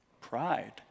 Pride